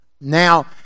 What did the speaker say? Now